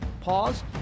Pause